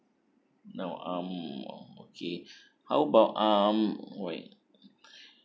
now um okay how about um wait